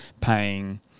paying